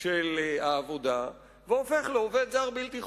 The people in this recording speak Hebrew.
של העבודה, והופך לעובד זר בלתי חוקי.